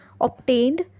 obtained